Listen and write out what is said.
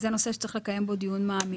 זה נושא שצריך לקיים בו דיון מעמיק.